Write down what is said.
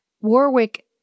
Warwick